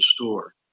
store